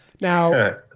Now